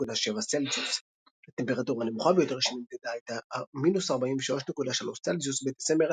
31.7°C. הטמפרטורה הנמוכה ביותר שנמדדה הייתה 43.3°C- בדצמבר